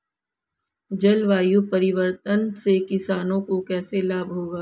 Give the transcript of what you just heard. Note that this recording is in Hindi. जलवायु परिवर्तन से किसानों को कैसे लाभ होगा?